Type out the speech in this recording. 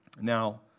Now